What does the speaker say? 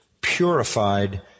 purified